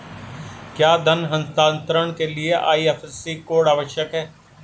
क्या धन हस्तांतरण के लिए आई.एफ.एस.सी कोड आवश्यक है?